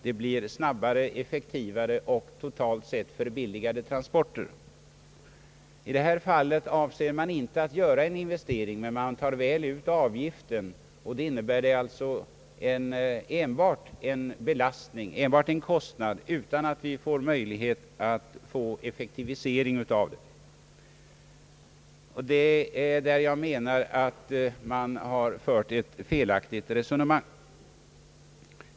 Det blir snabbare, effektivare och totalt sett billigare transporter. I detta fall avser man inte att göra en investering, men man tar väl ut avgiften. Detta innebär för bilismen enbart en ökad kostnad utan att det blir möjlighet till någon effektivisering genom den. Det är där jag menar att man har fört ett felaktigt resonemang.